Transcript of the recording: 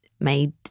made